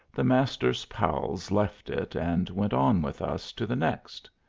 the master's pals left it and went on with us to the next.